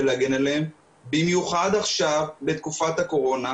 להגן עליהם במיוחד עכשיו בתקופת הקורונה,